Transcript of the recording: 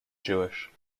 jewish